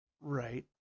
right